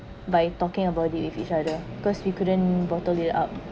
by talking about it with each other because we couldn't bottle it up